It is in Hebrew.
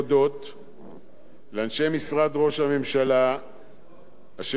לאנשי משרד ראש הממשלה אשר הובילו את החוק